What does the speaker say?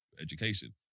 education